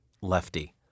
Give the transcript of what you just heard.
Lefty